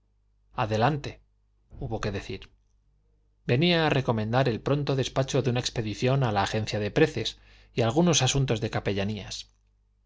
adelante hubo que decir venía a recomendar el pronto despacho de una expedición a la agencia de preces y algunos asuntos de capellanías